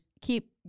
keep